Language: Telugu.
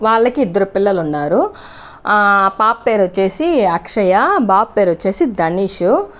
వాళ్ళకి ఇద్దరు పిల్లలు ఉన్నారు పాప పేరు వచ్చేసి అక్షయ బాబు పేరు వచ్చేసి గణేషు